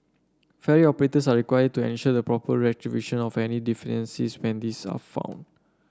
ferry operators are required to ensure the proper of any deficiencies when these are found